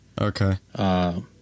Okay